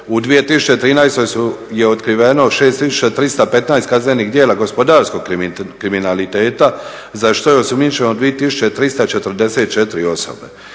U 2013. je otkriveno 6315 kaznenih djela gospodarskog kriminaliteta za što je osumnjičeno 2344 osobe.